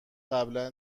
قبلا